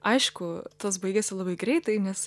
aišku tas baigėsi labai greitai nes